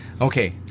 Okay